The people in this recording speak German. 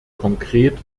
konkret